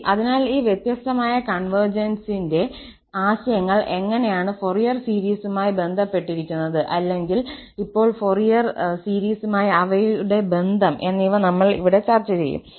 ശരി അതിനാൽ ഈ വ്യത്യസ്തമായ കോൺവെർജൻസിന്റെ ആശയങ്ങൾ എങ്ങനെയാണ് ഫൊറിയർ സീരീസുമായി ബന്ധപ്പെട്ടിരിക്കുന്നത് അല്ലെങ്കിൽ ഇപ്പോൾ ഫൊറിയർ സീരീസുമായുള്ള അവയുടെ ബന്ധം എന്നിവ നമ്മൾ ഇവിടെ ചർച്ച ചെയ്യും